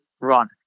run